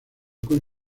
con